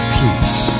peace